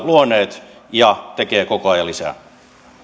luoneet ja tekee koko ajan lisää